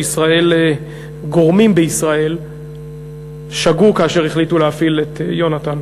שגורמים בישראל שגו כאשר החליטו להפעיל את יונתן.